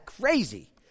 crazy